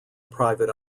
private